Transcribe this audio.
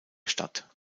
stadt